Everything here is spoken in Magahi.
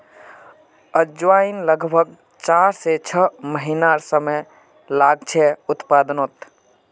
अजवाईन लग्ब्भाग चार से छः महिनार समय लागछे उत्पादनोत